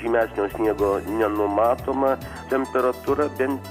žymesnio sniego nenumatoma temperatūra bent